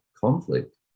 Conflict